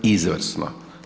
Izvrsno.